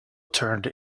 turned